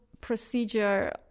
procedure